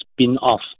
spin-off